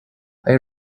hay